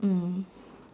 mm